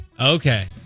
Okay